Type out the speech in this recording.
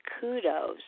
kudos